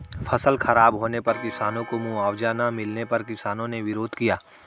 फसल खराब होने पर किसानों को मुआवजा ना मिलने पर किसानों ने विरोध किया